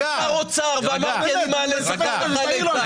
אני לא הייתי שר אוצר ואמרתי אני מעלה שכר לחיילי צה"ל.